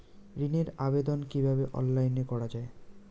ঋনের আবেদন কিভাবে অনলাইনে করা যায়?